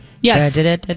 Yes